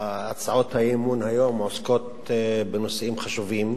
הצעות האי-אמון היום עוסקות בנושאים חשובים: